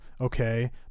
okay